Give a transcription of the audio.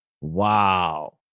Wow